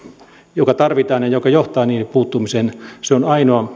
joka tarvitaan ja joka johtaa niiden puuttumiseen on ainoa